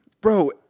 Bro